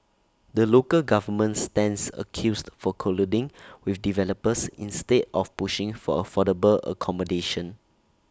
the local government stands accused for colluding with developers instead of pushing for affordable accommodation